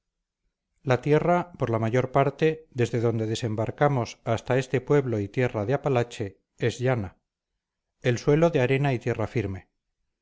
la tierra por la mayor parte desde donde desembarcamos hasta este pueblo y tierra de apalache es llana el suelo de arena y tierra firme